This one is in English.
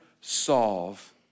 solve